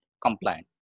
compliant